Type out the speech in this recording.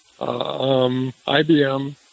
IBM